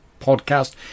podcast